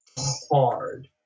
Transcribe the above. hard